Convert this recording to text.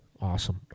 Awesome